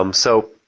um so,